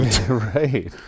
Right